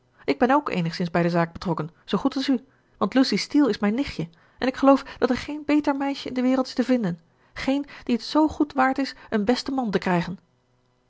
ik ben ook eenigszins bij de zaak betrokken zoo goed als u want lucy steele is mijn nichtje en ik geloof dat er geen beter meisje in de wereld is te vinden géén die t zoo goed waard is een besten man te krijgen